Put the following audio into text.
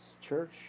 church